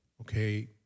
Okay